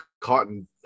cotton